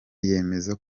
yemeza